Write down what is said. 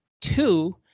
two